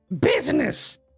Business